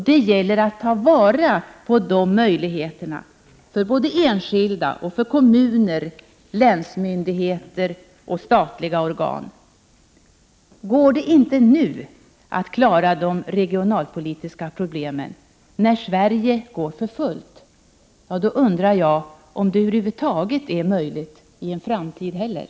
Det gäller att ta vara på dessa möjligheter för såväl enskilda som kommuner, länsmyndigheter och statliga organ. Går det inte att klara de regionalpolitiska problemen nu när Sverige går för fullt, undrar jag om det över huvud taget kommer att vara möjligt.